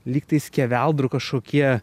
lyg tai skeveldrų kažkokie